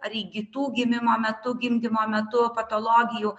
ar įgytų gimimo metu gimdymo metu patologijų